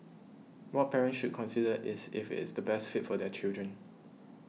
what parents should consider is if it's the best fit for their children